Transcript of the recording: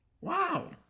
wow